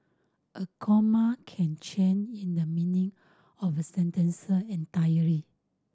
a comma can change in the meaning of a sentence entirely